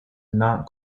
not